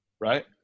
Right